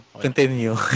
Continue